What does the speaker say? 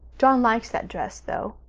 john likes that dress, though,